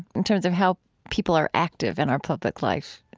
in terms of how people are active in our public life.